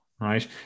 right